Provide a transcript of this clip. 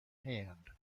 hand